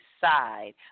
side